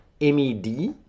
m-e-d